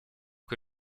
que